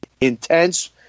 intense